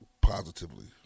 positively